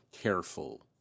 careful